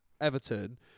Everton